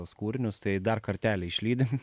tuos kūrinius tai dar kartelį išlydim